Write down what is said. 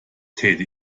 täte